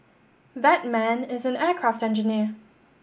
that man is an aircraft engineer